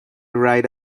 right